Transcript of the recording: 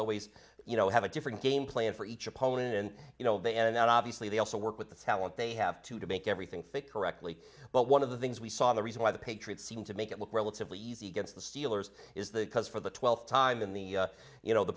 always you know have a different game plan for each opponent you know they and obviously they also work with the talent they have to to make everything fit correctly but one of the things we saw the reason why the patriots seemed to make it look relatively easy against the steelers is the because for the twelfth time in the you know the